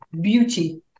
beauty